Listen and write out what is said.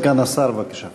סגן השר, בבקשה.